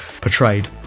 portrayed